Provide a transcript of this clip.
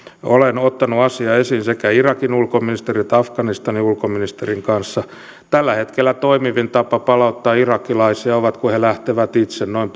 olen ottanut asian esiin sekä irakin ulkoministerin että afganistanin ulkoministerin kanssa tällä hetkellä toimivin tapa palauttaa irakilaisia on se että he lähtevät itse noin